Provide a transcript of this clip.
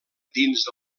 dins